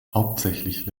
hauptsächlich